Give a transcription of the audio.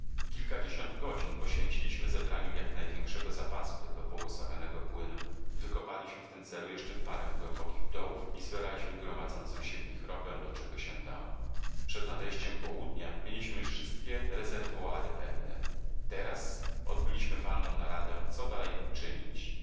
kilkadziesiąt godzin poświęciliśmy zebraniu jak największego zapasu tego błogosławionego płynu wykopaliśmy w tym celu jeszcze parę głębokich dołów i zbieraliśmy gromadzącą się w nich ropę do czego się dało przed nadejściem południa mieliśmy już wszystkie rezerwoary pełne teraz odbyliśmy walną naradę co dalej czynić